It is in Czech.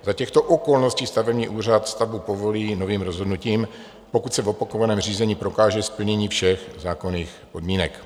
Za těchto okolností stavební úřad stavbu povolí novým rozhodnutím, pokud se v opakovaném řízení prokáže splnění všech zákonných podmínek.